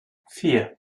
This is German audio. vier